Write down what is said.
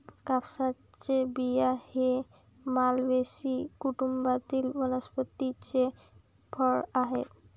कापसाचे बिया हे मालवेसी कुटुंबातील वनस्पतीचे फळ आहे